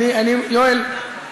יואל,